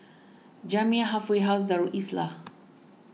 Jamiyah Halfway House Darul Islah